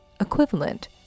equivalent